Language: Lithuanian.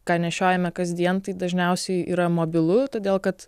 ką nešiojame kasdien tai dažniausiai yra mobilu todėl kad